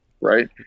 right